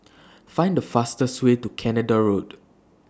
Find The fastest Way to Canada Road